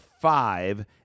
five